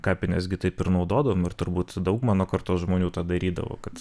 kapines gi taip ir naudodavom ir turbūt daug mano kartos žmonių tą darydavo kad